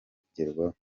kugerwaho